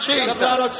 Jesus